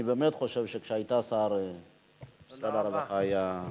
אני באמת חושב שכשהיית שר הרווחה, תודה רבה.